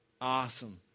Awesome